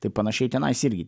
tai panašiai tenais irgi